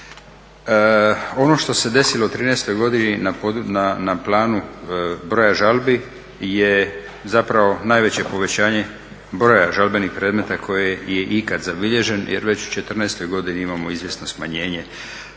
Ono što se desilo u '13. godini na planu broja žalbi je zapravo najveće povećanje broja žalbenih predmeta koji je ikad zabilježen jer već u '14. godini imamo izvjesno smanjenje.